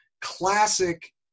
Classic